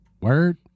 Word